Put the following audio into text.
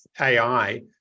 AI